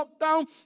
lockdown